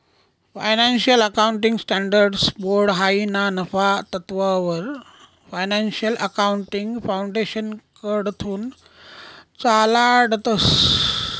financial accounting standards board हायी ना नफा तत्ववर फायनान्शियल अकाउंटिंग फाउंडेशनकडथून चालाडतंस